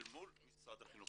אל מול משרד החינוך,